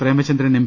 Premachandran M